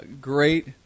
great